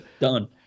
done